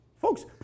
Folks